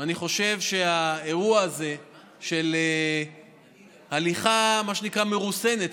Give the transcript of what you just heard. אני חושב שהאירוע הזה של הליכה מרוסנת,